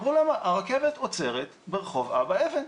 אמרו להם 'הרכבת עוצרת ברחוב אבא אבן',